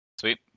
Sweet